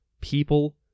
People